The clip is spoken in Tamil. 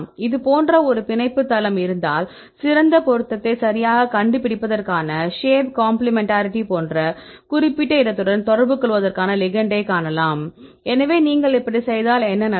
இது போன்ற ஒரு பிணைப்பு தளம் இருந்தால் சிறந்த பொருத்தத்தை சரியாகக் கண்டுபிடிப்பதற்கான ஷேப் காம்ப்ளிமென்ட்டாரிட்டி போன்ற குறிப்பிட்ட இடத்துடன் தொடர்புகொள்வதற்கான லிகெண்டைக் காணலாம் எனவே நீங்கள் இப்படி செய்தால் என்ன நடக்கும்